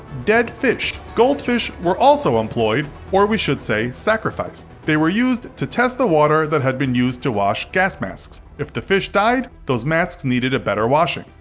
dead fish goldfish were also employed, or we should say sacrificed. they were used to test the water that had been used to wash gas masks. if the fish died, those masks needed a better washing.